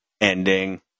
ending